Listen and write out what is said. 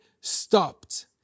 stopped